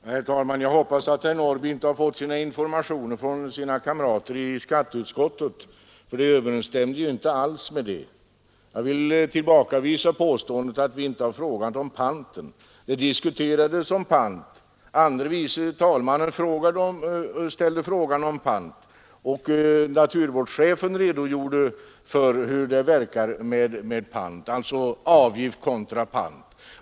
Herr talman! Jag hoppas att herr Norrby i Åkersberga inte har fått informationerna från sina kamrater i skatteutskottet, därför att det han säger överensstämmer inte alls med vad folkpartiets representanter i utskottet anser. Jag tillbakavisar påståendet att vi i utskottet inte har tagit upp frågan om panten. Fru andre vice talmannen Nettelbrandt ställde frågan hur ett system med pant på förpackningar skulle verka, och naturvårdsverkets chef redogjorde för det — dvs. avgift kontra pant.